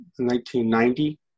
1990